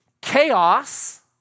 chaos